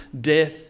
death